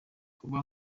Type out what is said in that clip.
kuba